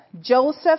Joseph